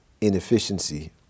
inefficiency